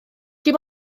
dim